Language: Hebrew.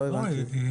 לא הבנתי.